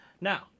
Now